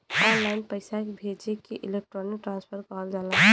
online पइसा भेजे के इलेक्ट्रानिक ट्रांसफर कहल जाला